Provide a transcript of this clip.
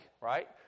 right